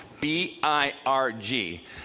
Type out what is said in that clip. B-I-R-G